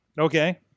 Okay